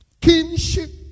Kinship